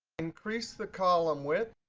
increase the column width.